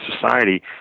society